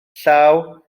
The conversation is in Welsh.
llaw